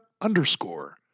underscore